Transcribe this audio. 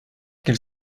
qu’il